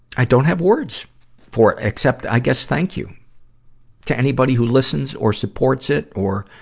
i don't have words for it, except, i guess, thank you to anybody who listens or supports it or,